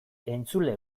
entzule